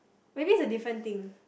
maybe it's a different thing